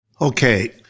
Okay